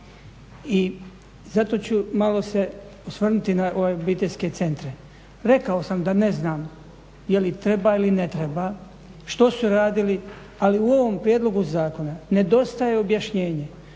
I zato ću malo se osvrnuti na ove obiteljske centre. Rekao sam da ne znam je li treba ili ne treba, što su radili, ali u ovom prijedlogu zakona nedostaje objašnjenje